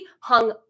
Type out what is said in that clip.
hung